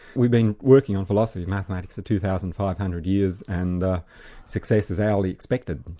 we've been working on philosophy of mathematics for two thousand five hundred years and ah success is hourly expected.